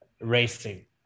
racing